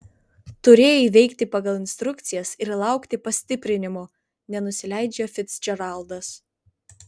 turėjai veikti pagal instrukcijas ir laukti pastiprinimo nenusileidžia ficdžeraldas